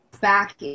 back